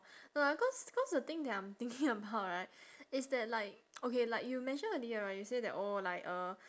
no lah cause cause the thing that I'm thinking about right is that like okay like you mentioned earlier right you say that oh like uh